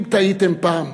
אם טעיתם פה,